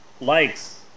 likes